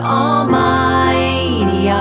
almighty